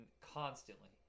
constantly